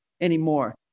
anymore